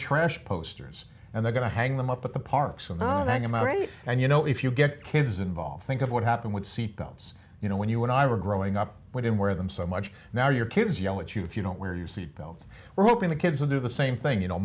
trash posters and they're going to hang them up at the parks on their own that is my right and you know if you get kids involved think of what happened with seatbelts you know when you and i were growing up we don't wear them so much now your kids yell at you if you don't wear your seat belts we're hoping the kids will do the same thing you know